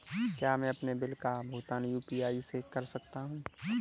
क्या मैं अपने बिल का भुगतान यू.पी.आई से कर सकता हूँ?